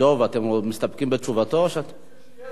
אני מציע שיהיה איזה מעקב, אולי בוועדת הפנים.